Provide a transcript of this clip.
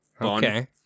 Okay